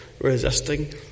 resisting